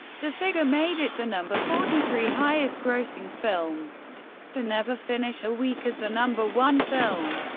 the figure made it the number forty three highest-grossing film to never finish a week as the number one film.